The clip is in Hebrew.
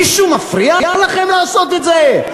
מישהו מפריע לכם לעשות את זה?